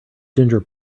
ginger